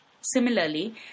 Similarly